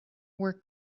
were